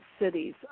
cities